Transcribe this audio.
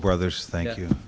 brothers thank you